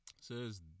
says